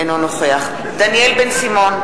אינו נוכח דניאל בן-סימון,